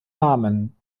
namen